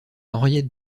henriette